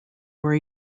your